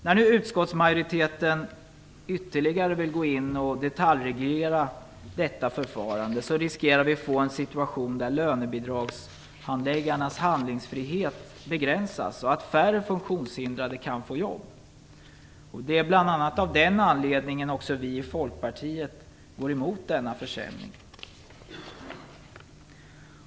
När utskottsmajoriteten nu vill gå in och detaljreglera detta förfarande ytterligare riskerar vi att få en situation där lönebidragshandläggarnas handlingsfrihet begränsas och färre funktionshindrade får jobb. Det är bl.a. av den anledningen som vi i Folkpartiet går emot denna försämring.